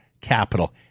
capital